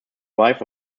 wife